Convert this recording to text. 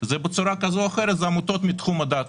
זה בצורה כזו או אחרת עמותות מתחום הדת.